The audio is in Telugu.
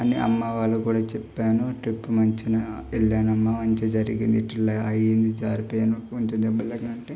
అని అమ్మ వాళ్ళు కూడా చెప్పాను ట్రిప్పు మంచిగా వెళ్ళాను అమ్మా మంచిగా జరిగింది ఇట్లా అయింది ఇట్లా జారిపోయిన కొంచెం దెబ్బ తగిలింది అంటే